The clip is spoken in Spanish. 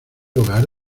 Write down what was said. hogar